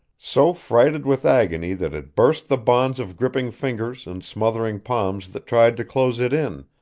so freighted with agony that it burst the bonds of gripping fingers and smothering palms that tried to close it in,